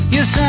Yes